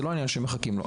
זה לא מה שמחכים לו.